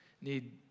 need